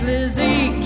Lizzie